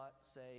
say